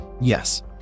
Yes